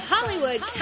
Hollywood